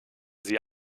sie